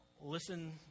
listen